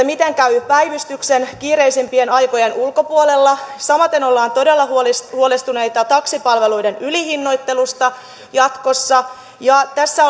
miten käy päivystyksen kiireisimpien aikojen ulkopuolella samaten ollaan todella huolestuneita taksipalveluiden ylihinnoittelusta jatkossa ja tässä